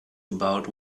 about